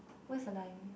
where the line